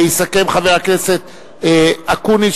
ויסכם חבר הכנסת אקוניס,